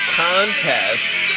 contest